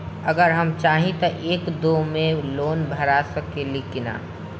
अगर हम चाहि त एक दा मे लोन भरा सकले की ना?